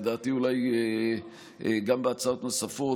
ולדעתי אולי גם בהצעות נוספות,